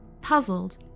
Puzzled